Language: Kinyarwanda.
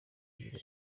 ndirimbo